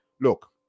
Look